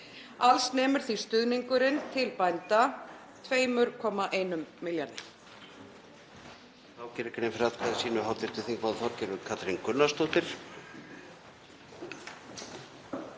Alls nemur því stuðningurinn til bænda 2,1 milljarði.